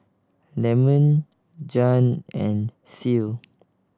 Lemon Jann and Ceil